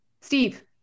steve